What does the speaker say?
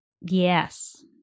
Yes